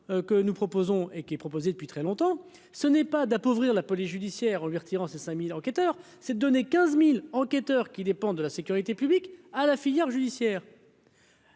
que nous proposons et qui est proposé depuis très longtemps, ce n'est pas d'appauvrir la police judiciaire, en lui retirant ses 5000 enquêteurs s'est donné 15000 enquêteurs qui dépendent de la sécurité publique à la filière judiciaire.